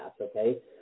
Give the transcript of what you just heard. okay